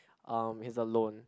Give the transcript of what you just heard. um he's alone